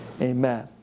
Amen